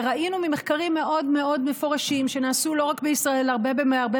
וראינו ממחקרים מאוד מפורשים שנעשו לא רק בישראל אלא בהרבה